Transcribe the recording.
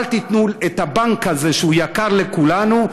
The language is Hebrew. אל תיתנו לבנק הזה שהוא יקר לכולנו,